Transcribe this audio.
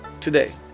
today